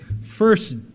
first